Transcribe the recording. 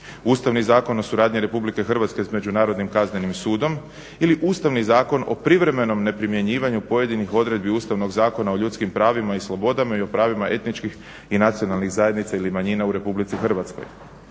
Ustavni zakon o suradnji Republike Hrvatske s Međunarodnim kaznenim sudom ili Ustavni zakon o privremenom neprimjenjivanju pojedinih odredbi Ustavnog zakona o ljudskim pravima i slobodama i o pravima etničkih i nacionalnih zajednica ili manjina u Republici Hrvatskoj,